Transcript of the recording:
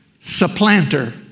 supplanter